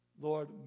Lord